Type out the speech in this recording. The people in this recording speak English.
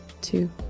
two